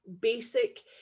basic